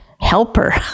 helper